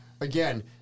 again